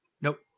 Nope